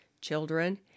Children